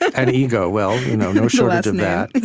and ego well, you know no shortage of that